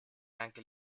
anche